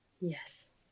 Yes